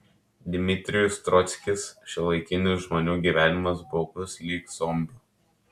dmitrijus trockis šiuolaikinis žmonių gyvenimas baugus lyg zombių